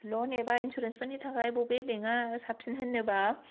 लन एबा इन्सुरेन्स फोरनि थाखाय बबे बेंक आ साबसिन होननोबा